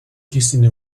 kissing